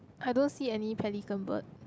I don't see any pelican bird